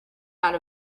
out